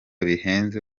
bihenze